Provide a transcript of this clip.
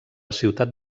ciutat